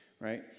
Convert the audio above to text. Right